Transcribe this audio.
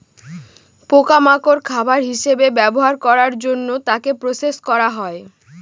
পোকা মাকড় খাবার হিসেবে ব্যবহার করার জন্য তাকে প্রসেস করা হয়